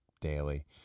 daily